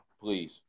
please